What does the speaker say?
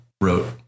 wrote